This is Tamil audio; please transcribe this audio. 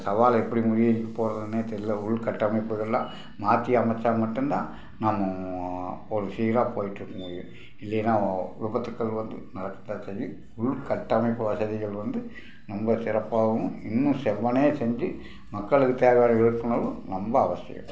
சவாலை எப்படி முறியடிக்க போகிறதுனே தெரியல உள்கட்டமைப்புகள்லாம் மாற்றி அமைச்சால் மட்டுந்தான் நம்ம ஒரு சீராக போயிட்டு இருக்குங்க இது இல்லைன்னா விபத்துக்கள் வந்து நடக்க தான் செய்யும் உள் கட்டமைப்பு வசதிகள் வந்து ரொம்ப சிறப்பாகவும் இன்றும் செவ்வணையா செஞ்சி மக்களுக்கு தேவையான விழிப்புணர்வு ரொம்ப அவசியம்